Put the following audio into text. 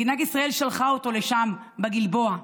מדינת ישראל שלחה אותם לשם, לגלבוע.